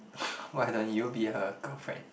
why don't you be her girlfriend